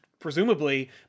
presumably